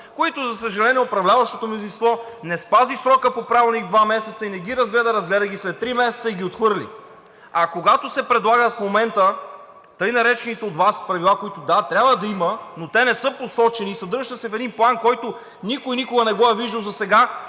които, за съжаление, управляващото мнозинство не спази срока по Правилник – два месеца, и не ги разгледа, а ги разгледа след три месеца и ги отхвърли. А когато се предлагат в момента така наречените от Вас правила, които трябва да ги има, но те не са посочени и съдържащи се в един план, който никой никога не го е виждал досега